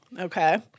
Okay